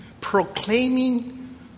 Proclaiming